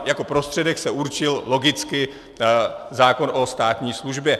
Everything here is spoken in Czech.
Jako prostředek se určil logicky zákon o státní službě.